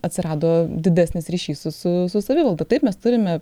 atsirado didesnis ryšys su savivalda taip mes turime